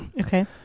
okay